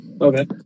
Okay